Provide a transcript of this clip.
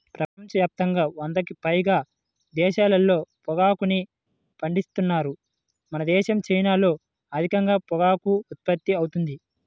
ప్రపంచ యాప్తంగా వందకి పైగా దేశాల్లో పొగాకుని పండిత్తన్నారు మనదేశం, చైనాల్లో అధికంగా పొగాకు ఉత్పత్తి అవుతుంది